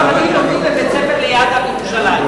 כמה ספרדים לומדים בליד"ה בירושלים?